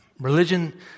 Religion